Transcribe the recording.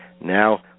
Now